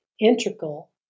integral